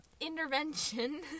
intervention